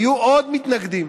היו עוד מתנגדים.